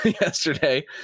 yesterday